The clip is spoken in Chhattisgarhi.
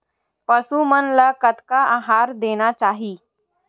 पशु मन ला कतना आहार देना चाही?